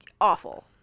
awful